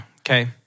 Okay